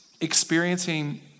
experiencing